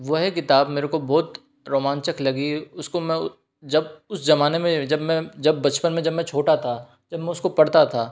वह किताब मेरे को बहुत रोमांचक लगी उसको मैं जब उस जमाने में जब मैं जब बचपन में जब मैं छोटा था जब मैं उसको पढ़ता था